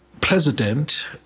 president